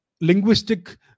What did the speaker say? linguistic